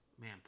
Man